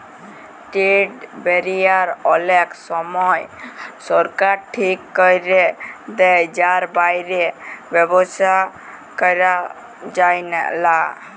trade barrier অলেক সময় সরকার ঠিক ক্যরে দেয় যার বাইরে ব্যবসা ক্যরা যায়লা